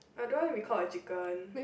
I don't want to be called a chicken